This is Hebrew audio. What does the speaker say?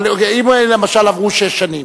אבל אם למשל עברו שש שנים,